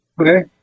Okay